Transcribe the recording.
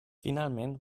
finalment